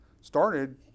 started